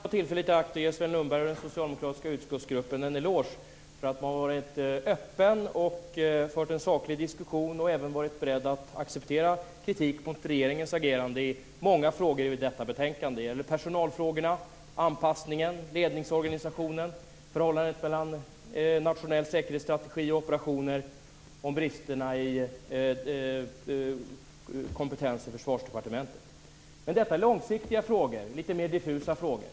Herr talman! Först vill jag ta tillfället i akt att ge Sven Lundberg och den socialdemokratiska utskottsgruppen en eloge för att man har varit öppen och fört en saklig diskussion och även varit beredd att acceptera kritik mot regeringens agerande i många frågor i detta betänkande. Det gäller personalfrågorna, anpassningen, ledningsorganisationen, förhållandet mellan nationell säkerhetsstrategi och operationer samt brister i kompetens i Försvarsdepartementet. Detta är långsiktiga, litet mer diffusa frågor.